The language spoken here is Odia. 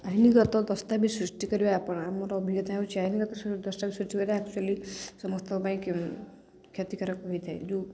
ଆଇନିଗତ ଦସ୍ତାବିଜ ସୃଷ୍ଟି କରିବା ଆପଣ ଆମର ଅଭିଜ୍ଞତା ହେଉି ଆଇନିଗତ ଦସ୍ତାବିଜ ସୃଷ୍ଟି କରିବା ଆକ୍ଚୁଲି ସମସ୍ତଙ୍କ ପାଇଁ କ୍ଷତିକାରକ ହୋଇଥାଏ ଯେଉଁ